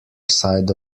side